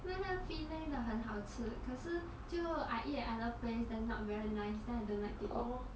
那个 penang 的很好吃可是就 I eat at other place then not very nice then I don't like to eat